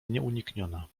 nieunikniona